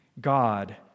God